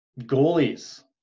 Goalies